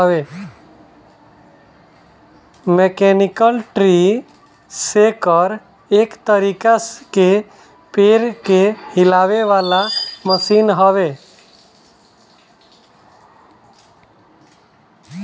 mechanical tree shaker एक तरीका के पेड़ के हिलावे वाला मशीन हवे